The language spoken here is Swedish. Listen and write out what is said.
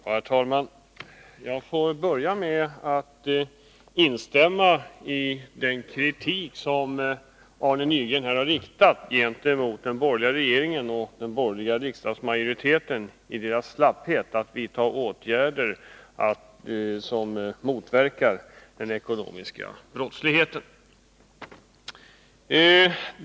Herr talman! Jag får börja med att instämma i den kritik som Arne Nygren här har riktat gentemot den borgerliga regeringen och den borgerliga riksdagsmajoriteten för deras slapphet när det gäller att vidta åtgärder för att motverka den ekonomiska brottsligheten.